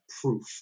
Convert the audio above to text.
proof